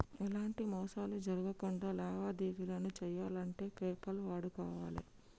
ఎలాంటి మోసాలు జరక్కుండా లావాదేవీలను చెయ్యాలంటే పేపాల్ వాడుకోవాలే